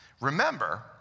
Remember